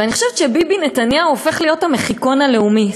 ואני חושבת שביבי נתניהו הופך להיות המחיקון הלאומי.